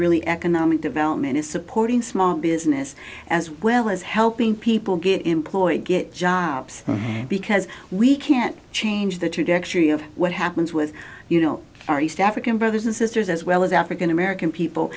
really economic development is supporting small business as well as helping people get employed get jobs because we can't change the trajectory of what happens with you know our east africa brothers and sisters as well as african american people